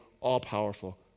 all-powerful